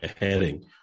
heading